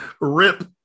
Rip